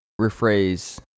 rephrase